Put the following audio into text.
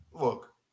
Look